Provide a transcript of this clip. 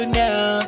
now